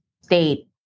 state